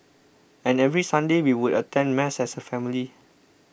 and every Sunday we would attend Mass as a family